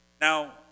Now